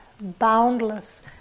boundless